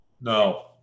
No